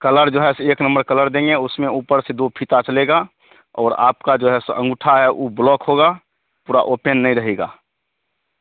colour जो है से एक नम्बर कलर देंगे उसमें ऊपर से दो फीता चलेगा और आपका जो है सो अंगूठा है उ ब्लॉक होगा पूरा ओपेन नहीं रहेगा